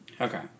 Okay